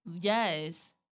Yes